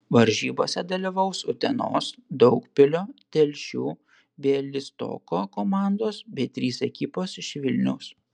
varžybose dalyvaus utenos daugpilio telšių bialystoko komandos bei trys ekipos iš vilniaus